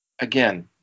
Again